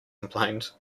complained